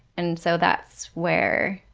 and so that's where,